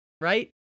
right